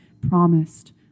promised